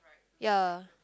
ya